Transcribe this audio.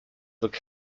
look